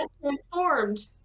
transformed